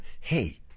Hey